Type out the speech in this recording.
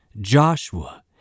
Joshua